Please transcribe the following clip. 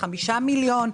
5 מיליון?